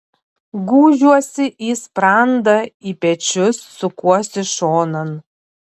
gūžiuosi į sprandą į pečius sukuosi šonan